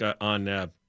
on